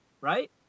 right